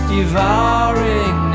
Devouring